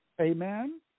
Amen